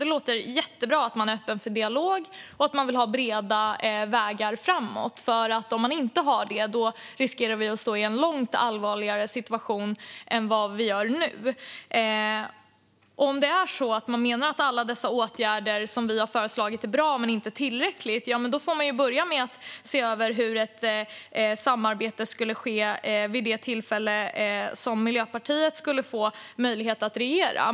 Det låter jättebra att man är öppen för dialog och att man vill ha breda vägar framåt, för om vi inte har det riskerar vi att stå i en långt allvarligare situation än vad vi gör nu. Om det är så att man menar att alla dessa åtgärder som vi har föreslagit är bra men inte tillräckliga får man ju börja med att se över hur ett samarbete skulle ske vid ett tillfälle när Miljöpartiet skulle få möjlighet att regera.